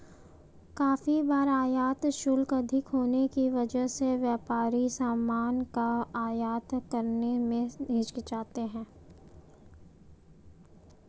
काफी बार आयात शुल्क अधिक होने की वजह से व्यापारी सामान का आयात करने में हिचकिचाते हैं